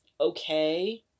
okay